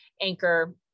anchor